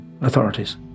authorities